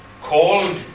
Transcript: called